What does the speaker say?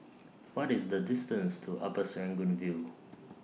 What IS The distance to Upper Serangoon View